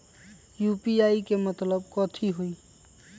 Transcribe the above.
UPI के मतलब कथी होई?